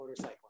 motorcycling